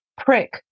PRICK